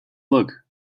look